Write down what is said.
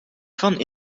van